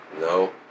No